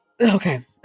okay